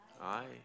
Aye